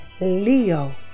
Leo